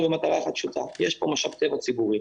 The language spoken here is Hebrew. למטרה אחת פשוטה יש כאן משאב טבע ציבורי,